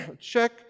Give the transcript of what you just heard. Check